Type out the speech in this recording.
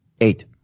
Eight